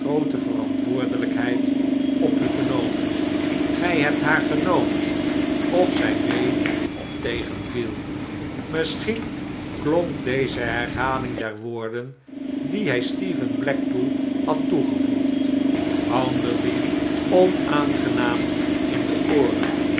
groote verantwoordelijkheid op u genomen gii hebt haar genomen of zij mee of tegenviel misschien klonk deze herhaling der woorden die hij stephen blackpool had toegevoegd bounderby onaangenaam in de ooren